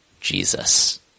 Jesus